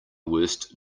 worst